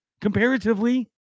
comparatively